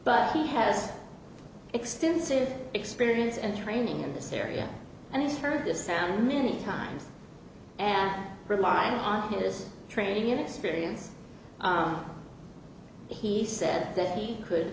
but he has extensive experience and training in this area and he's heard this sound many times and rely on his training experience he said that he could